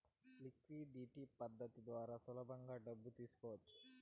liquidity పద్ధతి ద్వారా సులభంగా డబ్బు తీసుకోవచ్చు